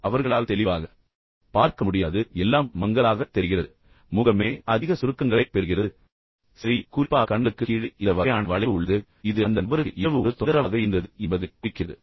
எனவே அவர்களால் தெளிவாக பார்க்க முடியாது எல்லாம் மங்கலாகத் தெரிகிறது எனவே முகமே அதிக சுருக்கங்களைப் பெறுகிறது சரி குறிப்பாக கண்களுக்குக் கீழே இந்த வகையான வளைவு உள்ளது இது அந்த நபருக்கு இரவு ஒரு தொந்தரவாக இருந்தது என்பதைக் குறிக்கிறது